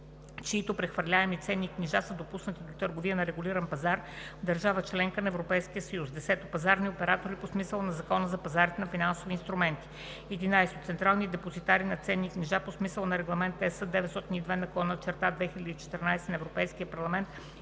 чиито прехвърлими ценни книжа са допуснати до търговия на регулиран пазар в държава – членка на Европейския съюз; 10. пазарни оператори по смисъла на Закона за пазарите на финансови инструменти; 11. централни депозитари на ценни книжа по смисъла на Регламент (ЕС) № 909/2014 на Европейския парламент